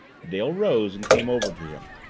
dale rose, and came over to him,